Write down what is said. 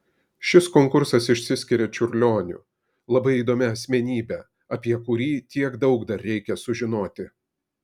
šis konkursas išsiskiria čiurlioniu labai įdomia asmenybe apie kurį tiek daug dar reikia sužinoti